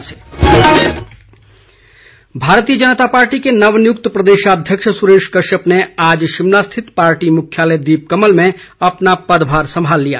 अध्यक्ष पदभार भारतीय जनता पार्टी के नवनियुक्त प्रदेशाध्यक्ष सुरेश कश्यप ने आज शिमला स्थित पार्टी मुख्यालय दीप कमल में अपना पदभार सम्भाल लिया